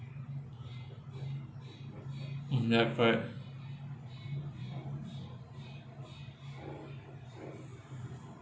mm ya correct